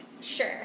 sure